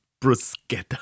bruschetta